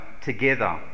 together